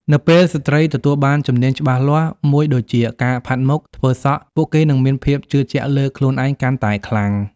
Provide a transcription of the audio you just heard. នៅពេលស្ត្រីទទួលបានជំនាញច្បាស់លាស់មួយដូចជា ការផាត់មុខ ធ្វើសក់ ពួកគេនឹងមានភាពជឿជាក់លើខ្លួនឯងកាន់តែខ្លាំង។